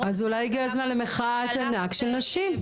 כנסת --- אז אולי הגיע הזמן למחאת ענק של נשים.